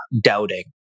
doubting